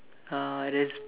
uh there's